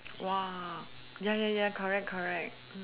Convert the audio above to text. !wah! ya ya ya correct correct mm